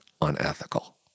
unethical